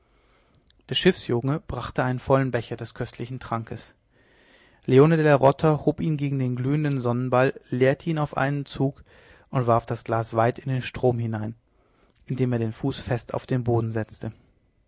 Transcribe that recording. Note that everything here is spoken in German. der schiffsjunge brachte einen vollen becher des köstlichen trankes leone della rota hob ihn gegen den glühenden sonnenball leerte ihn auf einen zug und warf das glas weit in den strom hinein indem er den fuß fest auf den boden setzte